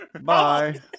Bye